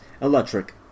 electric